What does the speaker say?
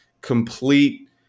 complete